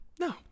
No